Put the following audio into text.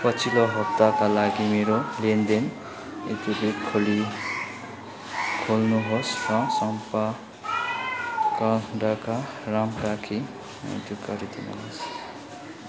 पछिल्लो हप्ताका लागि मेरो लेनदेन इतिवृत्त खोली खोल्नुहोस् र सम्पर्क ढाका राम कार्की यति गरिदिनुहोस्